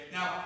Now